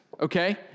okay